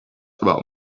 about